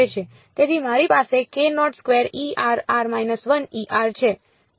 તેથી મારી પાસે છે